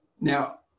Now